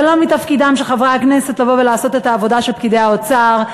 זה לא מתפקידם של חברי הכנסת לבוא ולעשות את העבודה של פקידי האוצר,